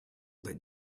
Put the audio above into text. that